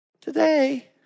Today